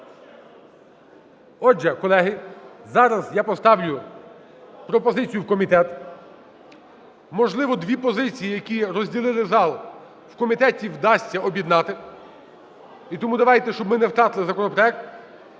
Отже, колеги, зараз я поставлю пропозицію в комітет. Можливо, дві позиції, які розділили зал, в комітеті вдасться об'єднати. І тому давайте, щоб ми не втратили законопроект,